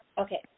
Okay